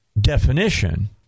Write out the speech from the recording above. definition